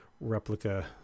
replica